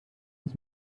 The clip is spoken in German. des